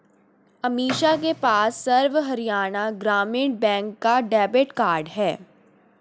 अमीषा के पास सर्व हरियाणा ग्रामीण बैंक का डेबिट कार्ड है